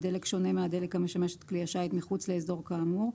בדלק שונה מהדלק המשמש את כלי השיט מחוץ לאזור כאמור,